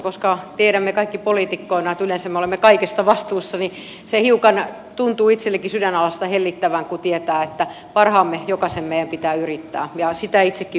koska tiedämme kaikki poliitikkoina että yleensä me olemme kaikesta vastuussa niin se hiukan tuntuu itselläkin sydänalassa hellittävän kun tietää että parhaamme jokaisen meidän pitää yrittää ja sitä itsekin yritän tässä tehdä